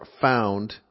found